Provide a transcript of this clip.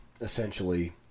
essentially